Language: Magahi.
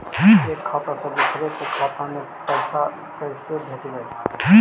एक खाता से दुसर के खाता में पैसा कैसे भेजबइ?